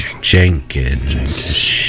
jenkins